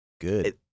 good